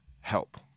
help